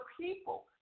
people